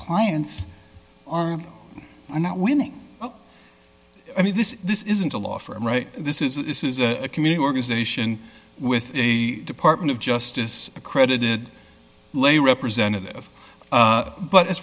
clients i'm not winning i mean this this isn't a law for a right this is this is a community organization with a department of justice accredited lay representative but as